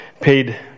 paid